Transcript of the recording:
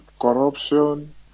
corruption